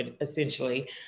essentially